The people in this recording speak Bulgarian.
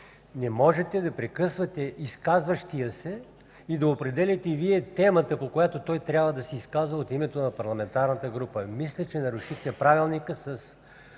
Не можете да прекъсвате изказващия се и да определяте Вие темата, по която той трябва да се изказва от името на парламентарната група. Мисля, че нарушихте Правилника с